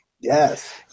Yes